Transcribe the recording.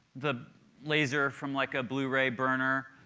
the laser from like a blu-ray burner,